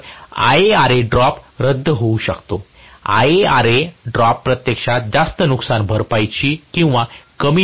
तर IaRa drop रद्द होऊ शकते IaRa ड्रॉप प्रत्यक्षात जास्त नुकसानभरपाईची किंवा कमी नुकसान भरपाईची असू शकते